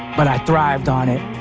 but i thrived on it.